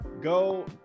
Go